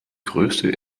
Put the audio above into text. größte